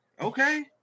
Okay